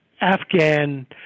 Afghan